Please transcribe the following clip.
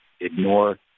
Ignore